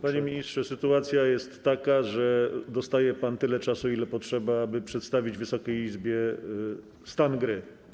Panie ministrze, sytuacja jest taka, że dostaje pan tyle czasu, ile potrzeba, aby przedstawić Wysokiej Izbie stan gry.